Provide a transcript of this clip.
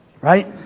Right